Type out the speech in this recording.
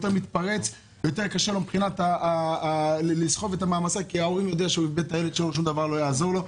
מי שאיבד את הילד שלו שום דבר לא יעזור לו,